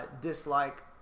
dislike